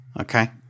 Okay